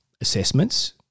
assessments